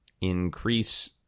increase